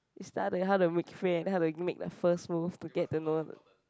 you start to how to make friend how to make the first move to get to know the